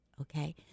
okay